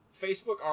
Facebook